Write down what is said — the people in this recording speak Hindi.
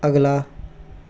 अगला